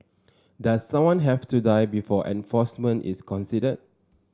does someone have to die before enforcement is considered